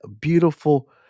beautiful